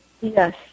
yes